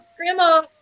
Grandma